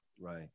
Right